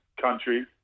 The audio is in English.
country